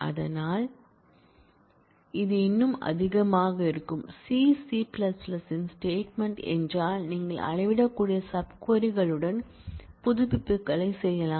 அதனால் இது இன்னும் அதிகமாக இருக்கும் சி சி இன் ஸ்டேட்மென்ட் என்றால் நீங்கள் அளவிடக்கூடிய சப் க்வரி களுடன் புதுப்பிப்புகளைச் செய்யலாம்